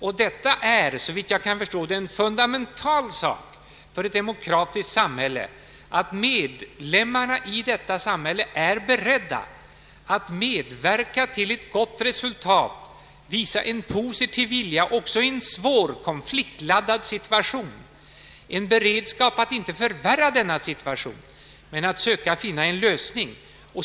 Det är såvitt jag kan förstå en fundamental sak för ett demokratiskt samhälle, att medlemmarna i detta samhälle är beredda att medverka till ett gott resultat, att visa en positiv vilja också i en svår, konfliktladdad situation, en beredskap att inte förvärra denna situation, utan att söka finna en lösning.